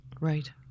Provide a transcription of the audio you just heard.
right